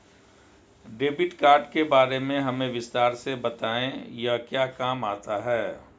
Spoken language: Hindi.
डेबिट कार्ड के बारे में हमें विस्तार से बताएं यह क्या काम आता है?